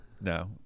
No